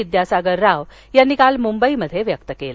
विद्यासागर राव यांनी व्यक्त काल मुंबईत व्यक्त केला